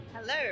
hello